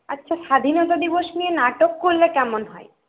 আচ্ছা স্বাধীনতা দিবস নিয়ে নাটক করলে কেমন হয়